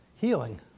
Healing